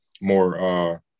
more